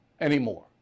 anymore